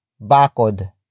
bakod